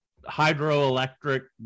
hydroelectric